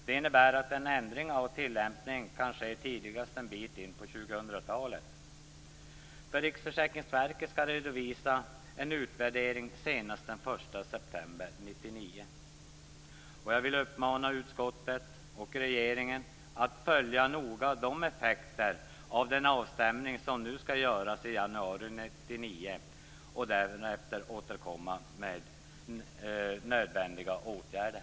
Det innebär att en ändring av tillämpningen kan ske tidigast en bit in på Riksförsäkringsverket skall redovisa en utvärdering senast den 1 september 1999. Jag vill uppmana utskottet och regeringen att noga följa effekterna av den avstämning som skall genomföras i januari 1999 och därefter återkomma med nödvändiga åtgärder.